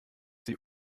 sie